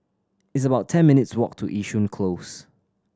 it's about ten minutes' walk to Yishun Close